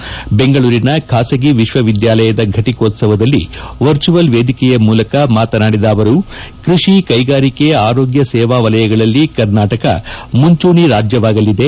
ಮಾಡಿದ ಪ್ರಸಿದ್ಧಿ ವಿಶ್ವವಿದ್ಯಾಲಯದ ಫಟಕೋತ್ತವದಲ್ಲಿ ವರ್ಚುವಲ್ ವೇದಿಕೆಯ ಮೂಲಕ ಮಾತನಾಡಿದ ಅವರು ಕೃಷಿ ಕೈಗಾರಿಕೆ ಆರೋಗ್ಯ ಸೇವಾ ವಲಯಗಳಲ್ಲಿ ಕರ್ನಾಟಕ ಮುಂಚೂಣಿ ರಾಜ್ಯವಾಗಲಿದೆ